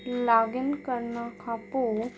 लागिन करण खां पोइ